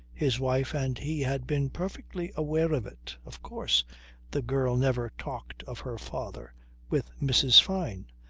his wife and he had been perfectly aware of it. of course the girl never talked of her father with mrs. fyne.